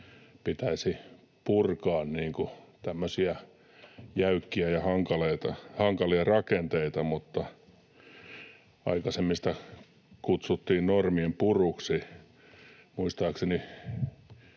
pitäisi purkaa tämmöisiä jäykkiä ja hankalia rakenteita. Aikaisemmin sitä kutsuttiin normien puruksi. Muistaakseni